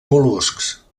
mol·luscs